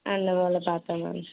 அந்த வேலை பார்த்தேன் மேம்